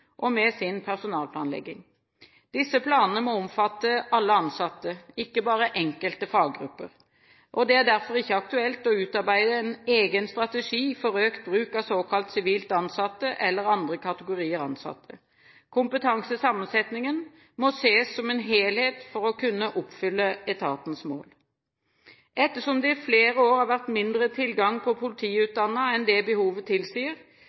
og med sin personalplanlegging. Disse planene må omfatte alle ansatte, ikke bare enkelte faggrupper. Det er derfor ikke aktuelt å utarbeide en egen strategi for økt bruk av såkalt sivilt ansatte eller andre kategorier ansatte. Kompetansesammensetningen må ses som en helhet for å kunne oppfylle etatens mål. Ettersom det i flere år har vært mindre tilgang på politiutdannede enn det behovet tilsier,